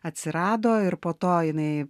atsirado ir po to jinai